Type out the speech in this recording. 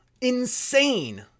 insane